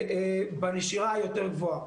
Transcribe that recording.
בנשירה היותר גבוהה.